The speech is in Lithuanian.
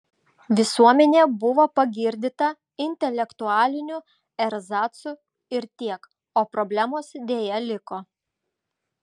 visuomenė buvo pagirdyta intelektualiniu erzacu ir tiek o problemos deja liko